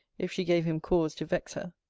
if she gave him cause to vex her.